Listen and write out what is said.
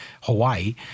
Hawaii